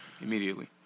immediately